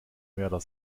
mörder